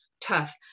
tough